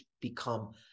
become